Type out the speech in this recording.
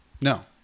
No